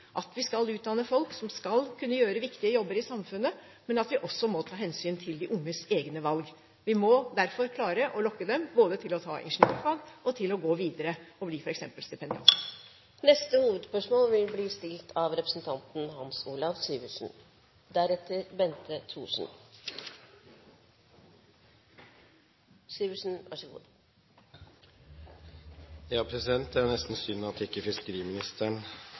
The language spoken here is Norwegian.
Vi skal utdanne folk som skal kunne gjøre viktige jobber i samfunnet, men vi må også ta hensyn til de unges egne valg. Vi må derfor klare å lokke dem både til å ta ingeniørfag og til å gå videre og bli f.eks. stipendiater. Vi går til neste hovedspørsmål.